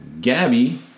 Gabby